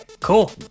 cool